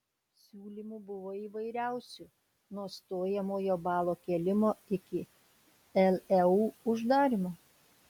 siūlymų buvo įvairiausių nuo stojamojo balo kėlimo iki leu uždarymo